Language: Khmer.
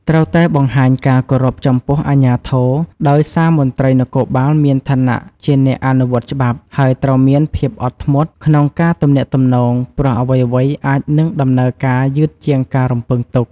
ត្រូវតែបង្ហាញការគោរពចំពោះអាជ្ញាធរ ដោយសារមន្ត្រីនគរបាលមានឋានៈជាអ្នកអនុវត្តច្បាប់ ហើយត្រូវមានភាពអត់ធ្មត់ក្នុងការទំនាក់ទំនង ព្រោះអ្វីៗអាចនឹងដំណើរការយឺតជាងការរំពឹងទុក។